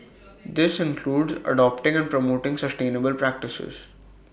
this includes adopting and promoting sustainable practices